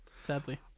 Sadly